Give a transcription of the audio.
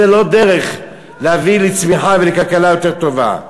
זו לא דרך להביא לצמיחה ולכלכלה יותר טובה.